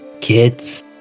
kids